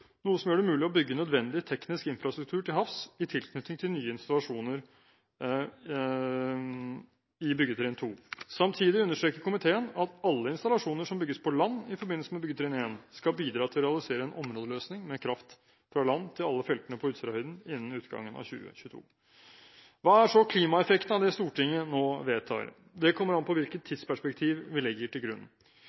noe som gjør det mulig å bygge nødvendig teknisk infrastruktur til havs i tilknytning til nye installasjoner i byggetrinn 2. Samtidig understreker komiteen at alle installasjoner som bygges på land i forbindelse med byggetrinn 1, skal bidra til å realisere en områdeløsning med kraft fra land til alle feltene på Utsirahøyden innen utgangen av 2022. Hva er så klimaeffekten av det Stortinget nå vedtar? Det kommer an på hvilket tidsperspektiv vi legger til grunn.